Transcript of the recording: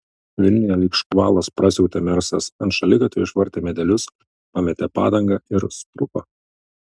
vilniuje lyg škvalas prasiautė mersas ant šaligatvio išvartė medelius pametė padangą ir spruko